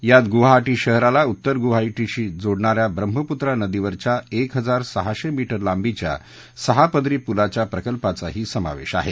यात गुवाहाटी शहराला उत्तर गुवाहाटीशी जोडणाऱ्या ब्रम्ह्मपुत्रा नदीवरच्या एक हजार सहाशे मीटर लांबीच्या सहा पदरी पुलाच्या प्रकल्पाचाही समावेश आहे